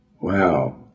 Wow